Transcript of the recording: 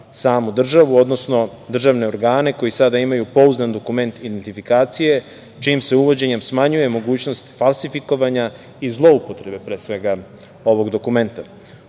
samu državu, odnosno državne organe, koji sada imaju pouzdan dokument identifikacije, čijim se uvođenjem smanjuje mogućnost falsifikovanja i zloupotrebe, pre svega ovog dokumenta. Obezbeđuje